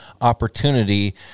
opportunity